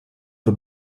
for